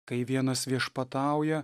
kai vienas viešpatauja